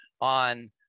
on